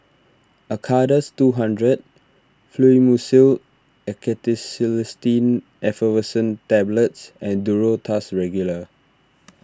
Acardust two hundred Fluimucil Acetylcysteine Effervescent Tablets and Duro Tuss Regular